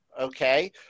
okay